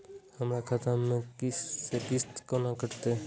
हमर खाता से किस्त कोना कटतै?